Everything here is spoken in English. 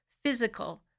physical